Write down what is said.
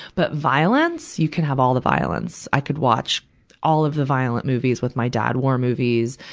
but violence you can have all the violence. i could watch all of the violent movies with my dad war movies,